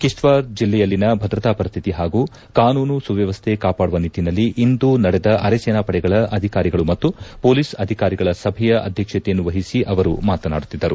ಕಿಷ್ತ್ವಾರ್ ಜಿಲ್ಲೆಯಲ್ಲಿನ ಭದ್ರತಾ ಪರಿಶ್ರಿತಿ ಹಾಗೂ ಕಾನೂನು ಸುವ್ಯವಸ್ಥೆ ಕಾಪಾಡುವ ನಿಟ್ಟಿನಲ್ಲಿ ಇಂದು ನಡೆದ ಅರೆಸೇನಾ ಪಡೆಗಳ ಅಧಿಕಾರಿಗಳು ಮತ್ತು ಮೊಲೀಸ್ ಅಧಿಕಾರಿಗಳ ಸಭೆಯ ಅಧ್ಯಕ್ಷತೆಯನ್ನು ವಹಿಸಿ ಅವರು ಮಾತನಾಡುತ್ತಿದ್ದರು